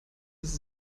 ist